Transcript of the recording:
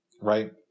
right